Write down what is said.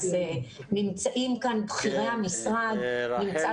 אז נמצאים כן בכירי המשרד.